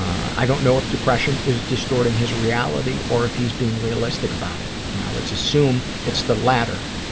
i don't know if depression is distorting his reality or if he's being realistic about it. now, let's assume it's the latter,